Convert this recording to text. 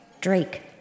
Drake